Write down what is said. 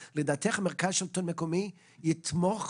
בחופי רחצה מוכרזים, ציבוריים והומי אדם שיש לנו.